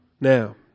Now